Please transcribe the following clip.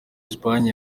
espagne